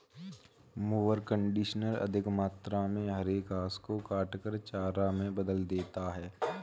mower conditioner अधिक मात्रा में हरे घास को काटकर चारा में बदल देता है